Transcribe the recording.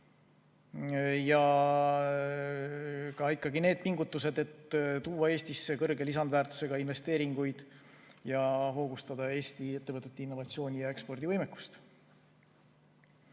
ka ikkagi need pingutused, et tuua Eestisse kõrge lisandväärtusega investeeringuid ja hoogustada Eesti ettevõtete innovatsiooni‑ ja ekspordivõimekust.